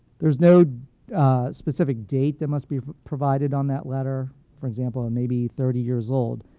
there's no specific date that must be provided on that letter, for example, it may be thirty years old.